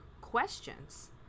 questions